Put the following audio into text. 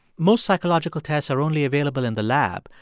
most psychological tests are only available in the lab,